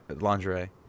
lingerie